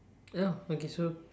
ya oh okay so